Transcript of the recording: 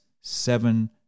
seven